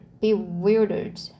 bewildered